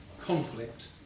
conflict